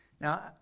Now